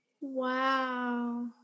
Wow